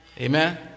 Amen